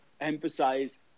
emphasize